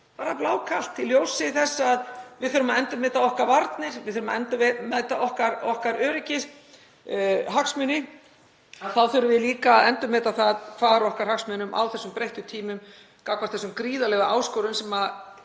bara blákalt í ljósi þess að við þurfum að endurmeta okkar varnir. Við þurfum að endurmeta okkar öryggishagsmuni. Þá þurfum við líka að endurmeta hvar okkar hagsmunum er borgið á þessum breyttu tímum — gagnvart þessum gríðarlegu áskorunum sem